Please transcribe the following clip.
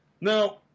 Now